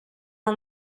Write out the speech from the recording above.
all